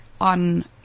on